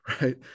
right